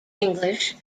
english